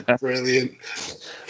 brilliant